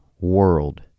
world